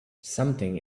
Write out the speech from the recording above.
something